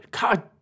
God